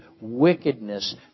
wickedness